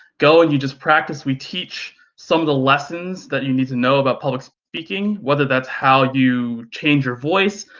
go and you just practice, we teach some of the lessons that you need to know about public speaking, whether that's how you change your voice,